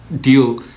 deal